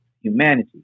humanity